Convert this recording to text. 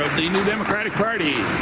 of the new democratic party,